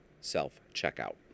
self-checkout